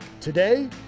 Today